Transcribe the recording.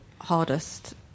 hardest